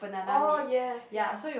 oh yes ya